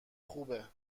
خوبه